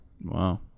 Wow